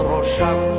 Rosham